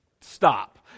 Stop